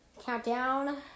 Countdown